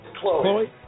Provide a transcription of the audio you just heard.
Chloe